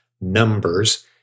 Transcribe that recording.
numbers